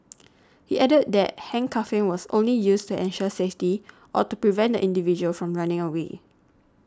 he added that handcuffing was only used to ensure safety or to prevent the individual from running away